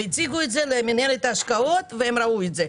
הם הציגו את זה למנהלת ההשקעות והם ראו את זה,